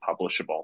publishable